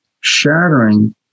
shattering